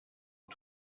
aux